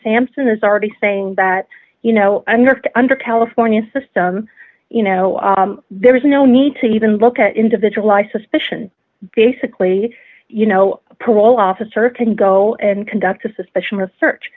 sampson is already saying that you know under under california system you know there is no need to even look at individual i suspicion basically you know a parole officer can go and conduct a suspicion or search